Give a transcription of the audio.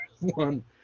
One